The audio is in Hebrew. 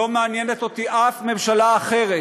לא מעניינת אותי אף ממשלה אחרת.